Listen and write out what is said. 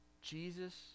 Jesus